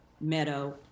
meadow